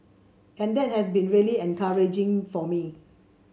and that has been really encouraging for me